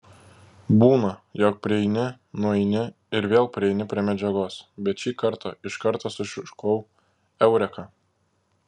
būna jog prieini nueini ir vėl prieini prie medžiagos bet šį kartą iš karto sušukau eureka